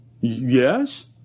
Yes